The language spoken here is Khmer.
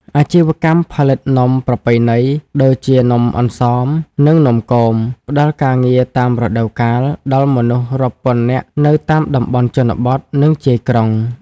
អាជីវកម្មផលិតនំប្រពៃណី ដូចជានំអន្សម និងនំគម ផ្តល់ការងារតាមរដូវកាលដល់មនុស្សរាប់ពាន់នាក់នៅតាមតំបន់ជនបទ និងជាយក្រុង។